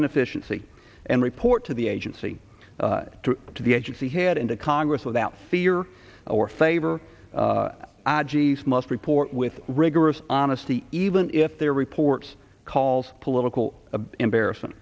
inefficiency and report to the agency to the agency head into congress without fear or favor g s must report with rigorous honesty even if their reports calls political embarrass